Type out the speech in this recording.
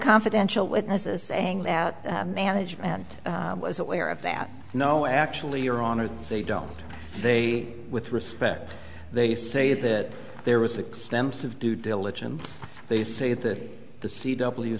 confidential witnesses saying that management was aware of that no actually your honor they don't they with respect they say that there was extensive due diligence they say that the c